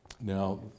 Now